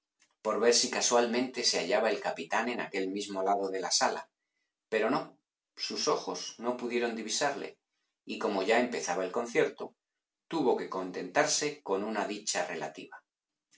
por ver si casualmente se hallaba el capitán en aquel mismo lado de la sala pero no sus ojos no pudieron divisarle y como ya empezaba el concierto tuvo que contentarse con una dicha relativa